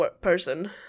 person